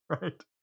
Right